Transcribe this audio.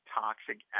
toxic